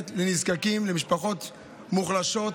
ויכולים ללכת לנזקקים ולמשפחות מוחלשות.